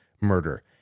murder